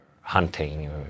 hunting